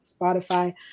Spotify